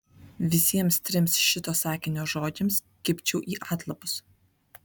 visiems trims šito sakinio žodžiams kibčiau į atlapus